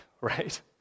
right